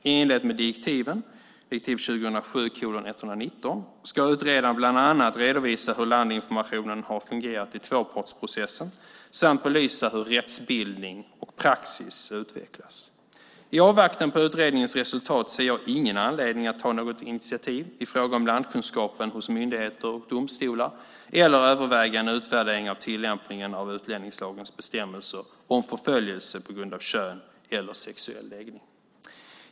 I enlighet med direktiven ska utredaren bland annat redovisa hur landinformationen har fungerat i tvåpartsprocessen samt belysa hur rättsbildning och praxis utvecklas. I avvaktan på utredningens resultat ser jag ingen anledning att ta något initiativ i fråga om landkunskapen hos myndigheter och domstolar eller överväga en utvärdering av tillämpningen av utlänningslagens bestämmelser om förföljelse på grund av kön eller sexuell läggning.